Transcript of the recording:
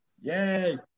Yay